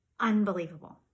unbelievable